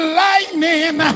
lightning